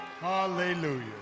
Hallelujah